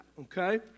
Okay